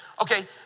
Okay